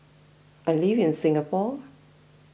I live in Singapore